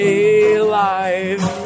alive